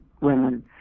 women